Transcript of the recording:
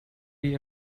wie